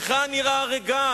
היכן "עיר ההרגה"?